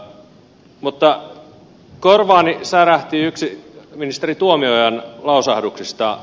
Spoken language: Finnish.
mutta korvaani särähti yksi ministeri tuomiojan lausahduksista